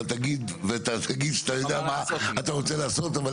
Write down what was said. אבל תגיד שאתה יודע מה אתה רוצה לעשות אבל